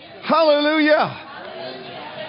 Hallelujah